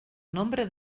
nombre